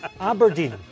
Aberdeen